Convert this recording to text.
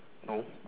no